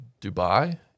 Dubai